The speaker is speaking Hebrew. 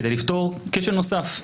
כדי לפתור כשל נוסף.